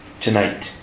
tonight